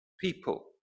people